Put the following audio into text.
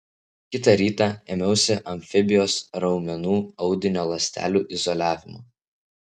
kitą rytą ėmiausi amfibijos raumenų audinio ląstelių izoliavimo